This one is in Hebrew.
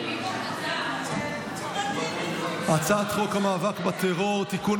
הצעת חוק המאבק בטרור (תיקון,